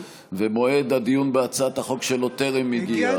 ומועד הדיון בהצעת החוק שלו טרם הגיע.